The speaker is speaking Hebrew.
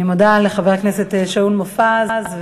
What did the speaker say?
אני מודה לחבר הכנסת שאול מופז.